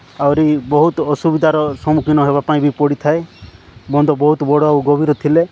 ଆହୁରି ବହୁତ ଅସୁବିଧାର ସମ୍ମୁଖୀନ ହେବା ପାଇଁ ବି ପଡ଼ିଥାଏ ବନ୍ଧ ବହୁତ ବଡ଼ ଆଉ ଗଭୀର ଥିଲେ